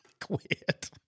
Quit